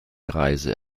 reise